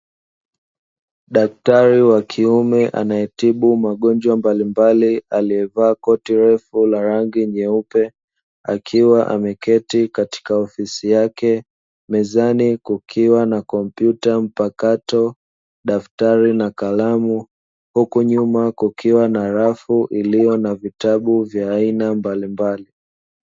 Daktari wa kiume anayetibu magonjwa mbalimbali aliyevaa koti refu la rangi nyeupe akiwa ameketi katika ofisi yake mezani kukiwa na kompyuta mpakato daftari na kalamu huku nyuma kukiwa na rafu iliyo na vitabu vya aina mbalimbali.